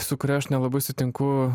su kuria aš nelabai sutinku